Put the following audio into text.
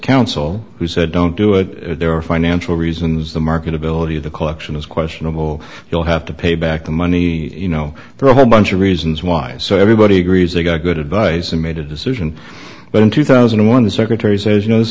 counsel who said don't do it there are financial reasons the marketability of the collection is questionable you'll have to pay back the money you know for a whole bunch of reasons why so everybody agrees they got good advice and made a decision but in two thousand and one the secretary says you know this